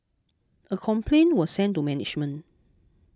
a complaint was sent to management